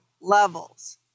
levels